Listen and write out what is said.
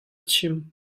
chim